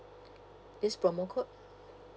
this promo code